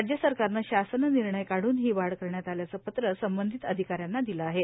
राज्य सरकारनं शासन निर्णय काढून ही वाढ करण्यात आल्याचं पत्र संबंधित अधिकाऱ्यांना दिले आहे